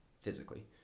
physically